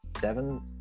seven